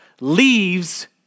leaves